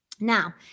Now